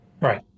Right